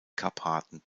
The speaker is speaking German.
karpaten